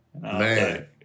Man